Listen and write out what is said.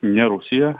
ne rusija